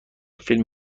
فیلم